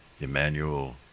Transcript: Emmanuel